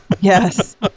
Yes